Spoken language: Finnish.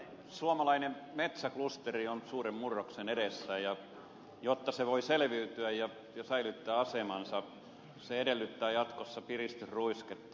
suomalainen metsäklusteri on suuren murroksen edessä ja jotta se voi selviytyä ja säilyttää asemansa se edellyttää jatkossa piristysruisketta